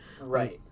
Right